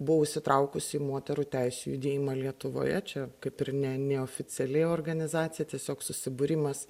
buvau įsitraukusi į moterų teisių judėjimą lietuvoje čia kaip ir ne neoficiali organizacija tiesiog susibūrimas